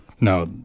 No